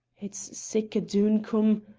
it's sic a doon-come,